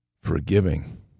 forgiving